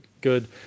good